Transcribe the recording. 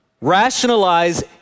rationalize